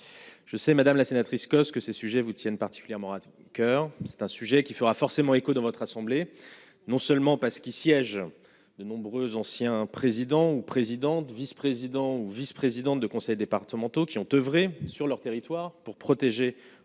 Je sais, Madame la sénatrice, que ces sujets vous tiennent particulièrement à coeur, c'est un sujet qui fera forcément écho dans votre assemblée, non seulement parce qu'il siège de nombreux ancien président ou présidente vice-présidents ou vice-présidents de conseils départementaux qui ont oeuvré sur leur territoire pour protéger